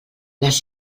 les